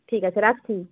ঠিক আছে রাখছি